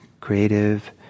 creative